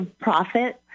profit